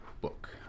book